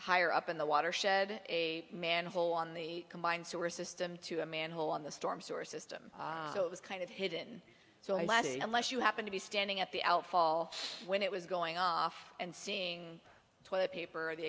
higher up in the watershed a manhole on the combined sewer system to a manhole on the storm sewer system so it was kind of hidden so i let you know less you happen to be standing at the outfall when it was going off and seeing toilet paper or the